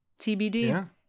TBD